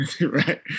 Right